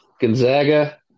Gonzaga –